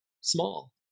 small